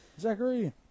Zachary